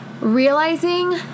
realizing